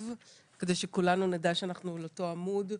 כדי שכולנו נדע שאנחנו על אותו עמוד,